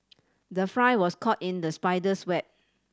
the fly was caught in the spider's web